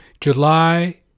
July